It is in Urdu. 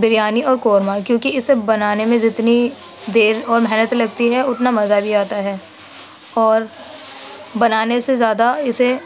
بریانی اور قورمہ کیوںکہ اسے بنانے میں جتنی دیر اور محنت لگتی ہے اتنا مزہ بھی آتا ہے اور بنانے سے زیادہ اسے